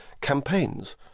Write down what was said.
campaigns